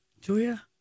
Julia